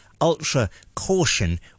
ultra-caution